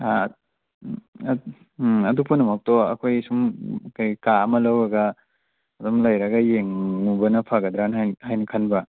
ꯑꯥ ꯎꯝ ꯑꯗꯨ ꯄꯨꯝꯅꯃꯛꯇꯣ ꯑꯩꯈꯣꯏ ꯁꯨꯝ ꯀꯥ ꯑꯃ ꯂꯧꯔꯒ ꯑꯗꯨꯝ ꯂꯩꯔꯒ ꯌꯦꯡꯂꯨꯕꯅ ꯐꯥꯒꯗ꯭ꯔꯥ ꯍꯥꯏꯅ ꯈꯟꯕ